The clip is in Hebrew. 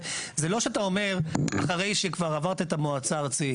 זה לא שאתה אומר אחרי שכבר עברת את המועצה הארצית.